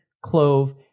clove